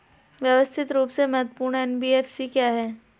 व्यवस्थित रूप से महत्वपूर्ण एन.बी.एफ.सी क्या हैं?